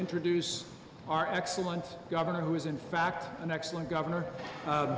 introduce our excellent governor who is in fact an excellent governor